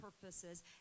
purposes